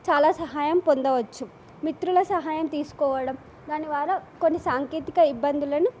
చాలా సహాయం పొందవచ్చు మిత్రుల సహాయం తీసుకోవడం దాని ద్వారా కొన్ని సాంకేతిక ఇబ్బందులను